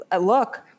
look